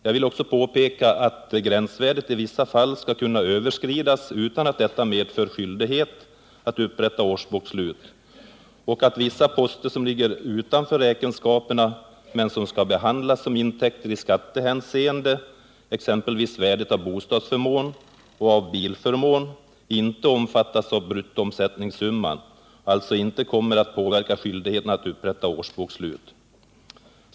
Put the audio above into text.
Jag vill också påpeka att gränsvärdet i vissa fall skall kunna överskridas utan att detta medför skyldighet att upprätta årsbokslut och att vissa poster som ligger utanför räkenskaperna men som skall behandlas som intäkter i skattehänseende — exempelvis värdet av bostadsförmån och av bilförmån — inte omfattas av bruttoomsättningssumman och alltså inte kommer att påverka skyldigheten att upprätta årsbokslut.